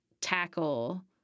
tackle